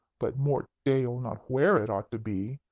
but, mort d'aieul! not where it ought to be!